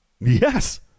Yes